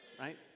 right